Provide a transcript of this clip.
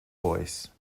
voice